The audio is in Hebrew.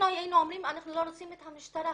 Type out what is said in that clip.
היינו אומרים שאנחנו לא רוצים את המשטרה,